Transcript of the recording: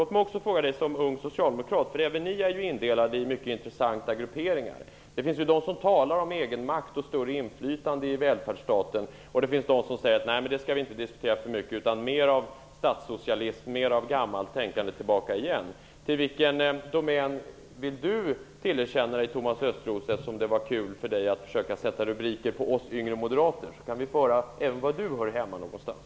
Thomas Östros är en ung socialdemokrat. Även socialdemokraterna är indelade i mycket intressanta grupperingar. Det finns de som talar om egenmakt och större inflytande i välfärdsstaten. Det finns de som säger att man inte skall diskutera det för mycket utan att det skall vara mer statssocialism och gammalt tänkande. Till vilken domän vill Thomas Östros räkna sig? Det var kul för honom att försöka sätta rubriker på oss yngre moderater. Därför kan vi även få höra var han hör hemma någonstans.